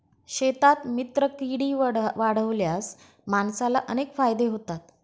शेतात मित्रकीडी वाढवल्यास माणसाला अनेक फायदे होतात